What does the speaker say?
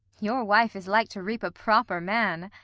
your wife is like to reap a proper man.